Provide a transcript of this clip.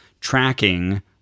tracking